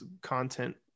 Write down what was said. content